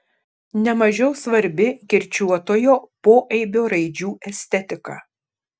ne mažiau svarbi kirčiuotojo poaibio raidžių estetika